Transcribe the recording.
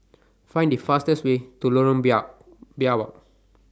Find The fastest Way to Lorong Biawak